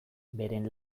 beren